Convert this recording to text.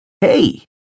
Hey